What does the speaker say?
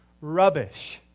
rubbish